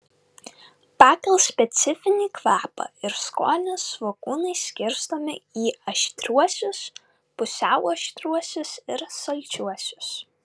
pagal specifinį kvapą ir skonį svogūnai skirstomi į aštriuosius pusiau aštriuosius ir saldžiuosius